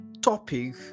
topic